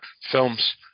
films